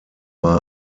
bei